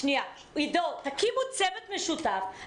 עידו, תקימו צוות משותף.